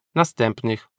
następnych